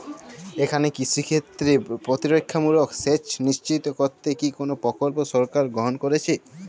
এখানে কৃষিক্ষেত্রে প্রতিরক্ষামূলক সেচ নিশ্চিত করতে কি কোনো প্রকল্প সরকার গ্রহন করেছে?